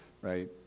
right